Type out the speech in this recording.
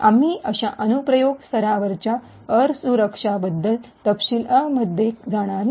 आम्ही अशा अनुप्रयोग स्तराच्या असुरक्षांबद्दल तपशीलमध्ये जाणार नाही